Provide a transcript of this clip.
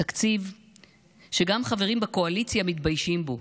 תקציב שגם חברים בקואליציה מתביישים בו,